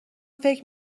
فکر